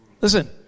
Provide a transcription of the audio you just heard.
Listen